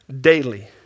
Daily